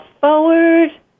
forward